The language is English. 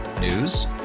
News